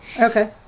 Okay